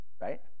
right